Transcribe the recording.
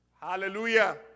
Hallelujah